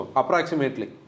approximately